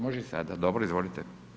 Može sada, dobro izvolite.